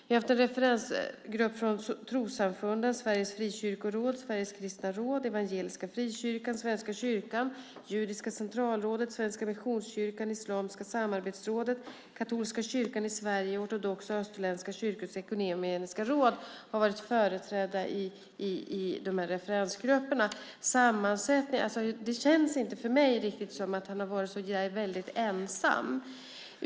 Vi har haft en referensgrupp från trossamfunden. Sveriges frikyrkoråd, Sveriges kristna råd, Evangeliska frikyrkan, Svenska kyrkan, Judiska centralrådet, Svenska missionskyrkan, Islamiska samarbetsrådet, Katolska kyrkan i Sverige och Ortodoxa och österländska kyrkors ekumeniska råd har varit företrädda i de här referensgrupperna. Det känns inte för mig riktigt som att han har varit så där väldigt ensam.